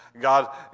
God